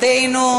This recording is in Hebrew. אין צורך בהשכלה,